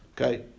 Okay